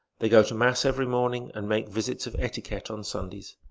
they go to mass every morning, and make visits of etiquette on sundays.